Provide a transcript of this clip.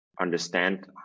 understand